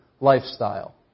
lifestyle